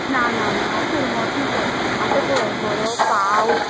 ना ना हांव सोडून वसना खंय आतां पळय बरो पावस